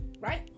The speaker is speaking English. Right